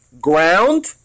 ground